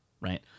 right